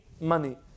money